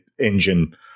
engine